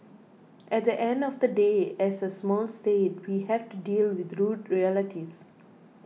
at the end of the day as a small state we have to deal with rude realities